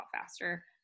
faster